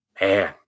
Man